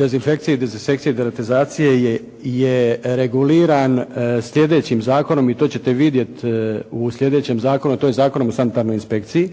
dezinfekcije, dezinsekcije i deratizacije je reguliran sljedećim zakonom i to ćete vidjeti u sljedećem zakonu, a to je Zakonom o sanitarnoj inspekciji